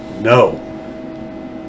no